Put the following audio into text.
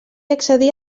accedir